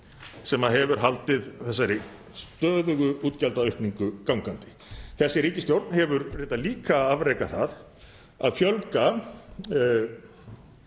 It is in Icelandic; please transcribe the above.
sem hefur haldið þessari stöðugu útgjaldaaukningu gangandi. Þessi ríkisstjórn hefur reyndar líka afrekað það að fjölga